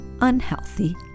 unhealthy